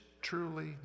truly